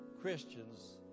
Christians